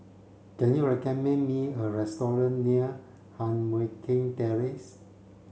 can you recommend me a restaurant near Heng Mui Keng Terrace